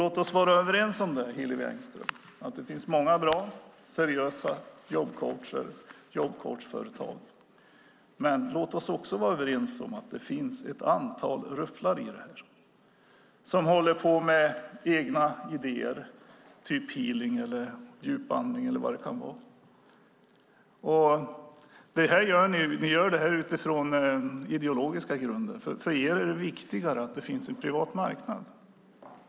Låt oss vara överens, Hillevi Engström, om att det finns många bra, seriösa jobbcoacher och jobbcoachföretag, men låt oss också vara överens om att det finns ett antal rufflare i branschen, sådana som håller på med egna idéer som healing, djupandning och vad det nu kan vara. Ni i Alliansen gör detta utifrån ideologiska grunder. För er är det viktigaste att det finns en privat marknad.